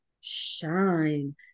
shine